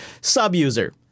SubUser